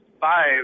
five